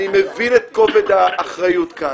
אני מבין את כובד האחריות כאן.